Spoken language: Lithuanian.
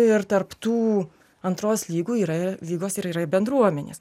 ir tarp tų antros lygų yra lygos ir yra bendruomenės